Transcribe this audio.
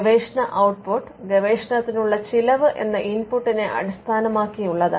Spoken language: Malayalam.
ഗവേഷണ ഔട്ട് പുട്ട് ഗവേഷണത്തിനുള്ള ചിലവ് എന്ന ഇൻപുട്ടിനെ അടിസ്ഥാനമാക്കിയുള്ളതാണ്